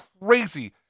crazy